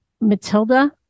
Matilda